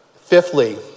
Fifthly